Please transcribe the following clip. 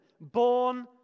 born